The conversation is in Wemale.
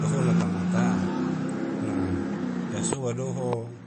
Wahono tamata na yasua doho